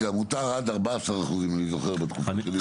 מותר עד 14 אחוזים, אם אני זוכר נכון מהתקופה שלי.